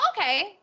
Okay